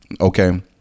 Okay